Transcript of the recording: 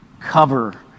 cover